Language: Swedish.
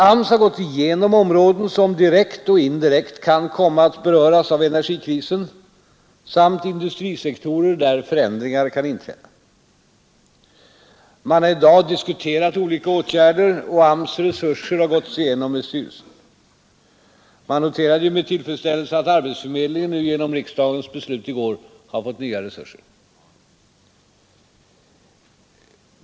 AMS har gått igenom områden som direkt och indirekt kan komma att beröras av energikrisen samt industrisektorer där förändringar kan inträffa. Man har i dag diskuterat olika åtgärder, och AMS resurser har gåtts igenom av styrelsen. Man noterade med tillfredsställelse att arbetsförmedlingen nu genom riksdagens beslut i går har fått nya resurser.